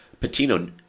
Patino